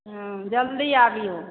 जल्दी आबियौ